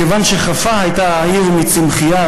מכיוון שחפה הייתה העיר מצמחייה,